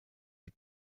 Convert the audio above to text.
die